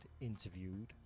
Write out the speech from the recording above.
interviewed